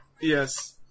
Yes